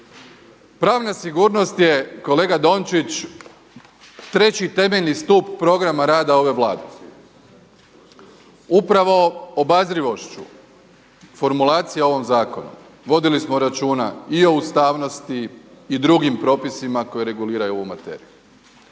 Pravna sigurnost je kolega Dončić treći temeljni stup programa rada ove Vlade. Upravo obazrivošću formulacija u ovom zakonu vodili smo računa i o ustavnosti i drugim propisima koji reguliraju ovu materiju.